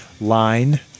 line